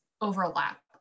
overlap